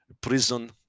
prison